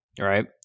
Right